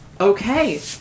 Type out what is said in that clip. Okay